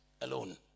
alone